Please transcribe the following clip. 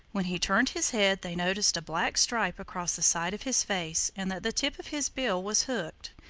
when he turned his head they noticed a black stripe across the side of his face and that the tip of his bill was hooked.